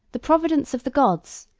the providence of the gods,